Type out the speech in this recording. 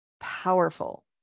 powerful